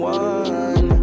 one